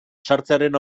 sartzearen